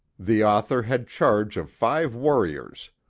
the author had charge of five warriors,